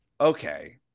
okay